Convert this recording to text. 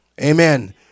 Amen